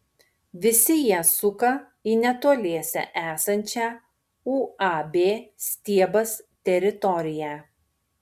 visi jie suka į netoliese esančią uab stiebas teritoriją